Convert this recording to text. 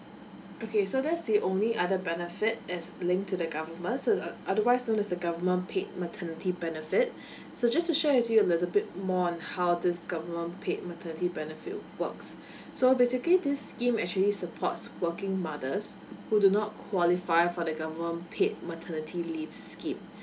okay so that's the only other benefit as link to the government's so otherwise known as the government paid maternity benefit so just to sure if you a little bit more on how this government paid maternity benefits works so basically this scheme actually supports working mothers who do not qualify for the government paid maternity leave scheme